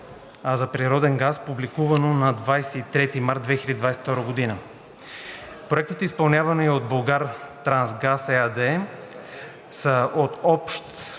за природен газ, публикувано на 23 март 2022 г. Проектите, изпълнявани от „Булгартрансгаз“ ЕАД, са от общ